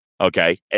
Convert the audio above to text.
okay